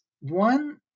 one